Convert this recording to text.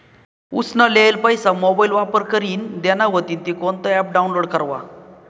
उसना लेयेल पैसा मोबाईल वापर करीन देना व्हतीन ते कोणतं ॲप डाऊनलोड करवा?